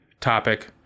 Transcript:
topic